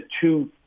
two